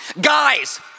Guys